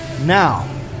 Now